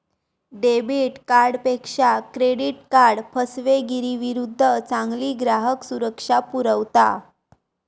debit कार्डपेक्षा credit card फसवेगिरीविरुद्ध चांगली ग्राहक सुरक्षा पुरवता